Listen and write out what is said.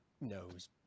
knows